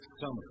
summer